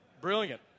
Brilliant